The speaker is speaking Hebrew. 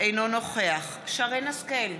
אינו נוכח שרן השכל,